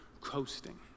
coasting